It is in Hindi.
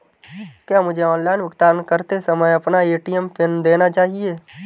क्या मुझे ऑनलाइन भुगतान करते समय अपना ए.टी.एम पिन देना चाहिए?